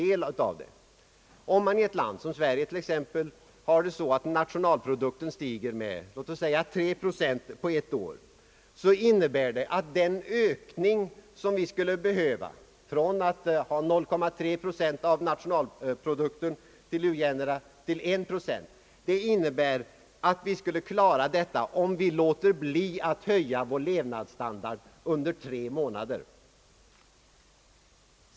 Om nationalprodukten i ett land, t.ex. Sverige, stiger med låt oss säga 3 procent på ett år, så innebär det att man skulle klara en anslagsökning från 0,3 procent till nivån 1 procent av nationalprodukten till uländerna om man lät bli att höja den egna levnadsstandarden under tre månader!